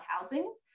housing